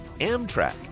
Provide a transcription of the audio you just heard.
Amtrak